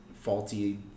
faulty